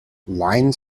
lines